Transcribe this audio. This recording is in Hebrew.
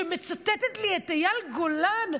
שמצטטת לי את אייל גולן,